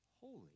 Holy